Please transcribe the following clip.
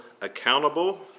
accountable